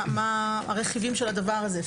מה הרכיבים של הדבר הזה?